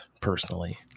personally